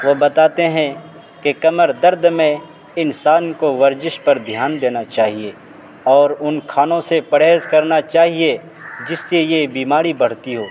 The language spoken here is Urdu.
وہ بتاتے ہیں کہ کمر درد میں انسان کو ورزش پر دھیان دینا چاہیے اور ان کھانوں سے پرہیز کرنا چاہیے جس سے یہ بیماری بڑھتی ہو